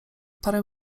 parę